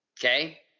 Okay